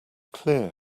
clear